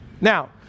Now